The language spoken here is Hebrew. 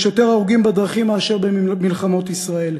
יש יותר הרוגים בדרכים מאשר במלחמות ישראל,